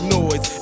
noise